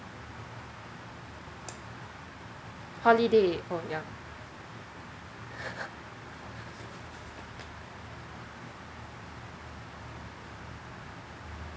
holiday oh yeah